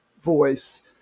voice